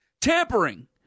tampering